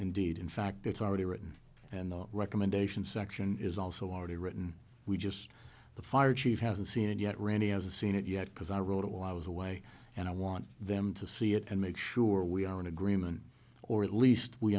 indeed in fact it's already written and the recommendation section is also already written we just the fire chief hasn't seen it yet randy has a seen it yet because i wrote it while i was away and i want them to see it and make sure we are in agreement or at least we